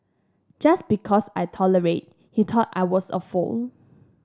just because I tolerated he thought I was a fool